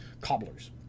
Cobblers